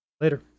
later